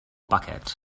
bucket